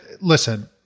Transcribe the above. Listen